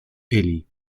eli